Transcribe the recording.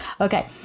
Okay